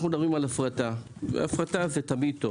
אנחנו מדברים על הפרטה והפרטה זה תמיד טוב